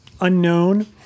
unknown